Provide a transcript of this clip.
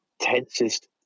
tensest